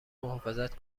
محافظت